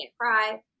cry